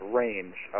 range